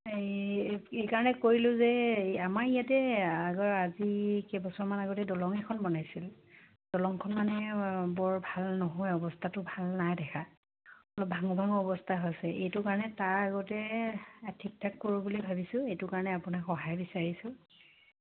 এই এইকাৰণে কৰিলোঁ যে আমাৰ ইয়াতে আগৰ আজি কেইবছৰমান আগতে দলং এখন বনাইছিল দলংখন মানে বৰ ভাল নহয় অৱস্থাটো ভাল নাই দেখা অলপ ভাঙো ভাঙো অৱস্থা হৈছে এইটো কাৰণে তাৰ আগতে ঠিক ঠাক কৰোঁ বুলি ভাবিছোঁ এইটো কাৰণে আপোনাক সহায় বিচাৰিছোঁ